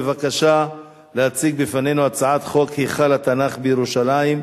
בבקשה להציג בפנינו את הצעת חוק היכל התנ"ך בירושלים,